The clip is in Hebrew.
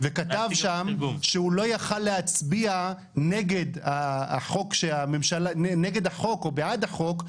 וכתב שם שהוא לא יכול היה להצביע נגד החוק או בעד החוק,